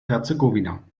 herzegowina